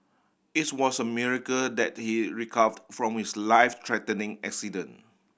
its was a miracle that he recovered from his life threatening accident